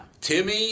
Timmy